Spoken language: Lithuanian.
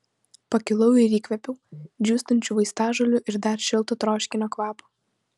pakilau ir įkvėpiau džiūstančių vaistažolių ir dar šilto troškinio kvapo